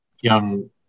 young